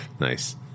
nice